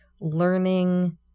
learning